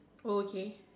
oh okay